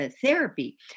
therapy